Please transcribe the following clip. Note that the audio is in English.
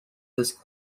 this